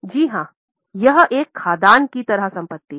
ज़ी हां यह एक खदान की तरह संपत्ति है